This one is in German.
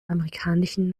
amerikanischen